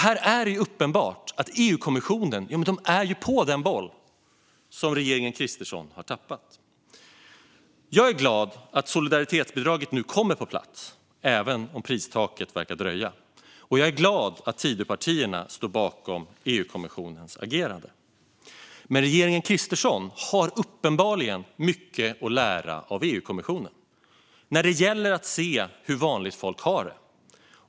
Här är det ju uppenbart att EU-kommissionen är på den boll som regeringen Kristersson har tappat. Jag är glad att solidaritetsbidraget nu kommer på plats, även om pristaket verkar dröja. Jag är glad att Tidöpartierna står bakom EU-kommissionens agerande. Men regeringen Kristersson har uppenbarligen mycket att lära av EU-kommissionen när det gäller att se hur vanligt folk har det.